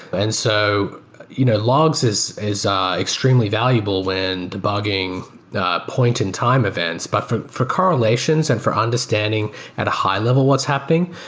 and so you know logs is is um extremely valuable in debugging point in time events but for for correlations and for understanding at a high-level what's happening,